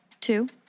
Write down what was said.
two